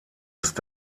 ist